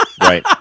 Right